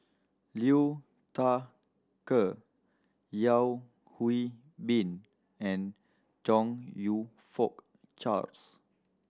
Liu Thai Ker Yeo Hwee Bin and Chong You Fook Charles